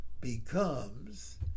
becomes